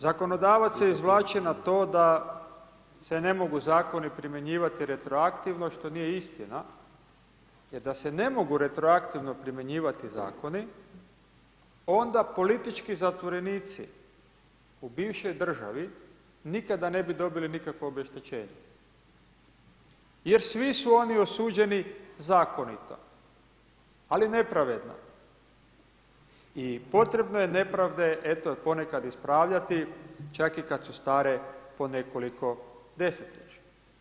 Zakonodavac se izvlači na to da se ne mogu zakoni primjenjivati retroaktivno što nije istina, jer da se ne mogu retroaktivno primjenjivati zakoni onda politički zatvorenici u bivšoj državi nikada ne bi dobili nikakvo obeštećenje jer svi su oni osuđeni zakonito, ali nepravedno i potrebno je nepravde eto ponekad ispravljati čak i kad su stare po nekoliko desetljeća.